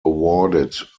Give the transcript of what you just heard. awarded